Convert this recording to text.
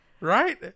Right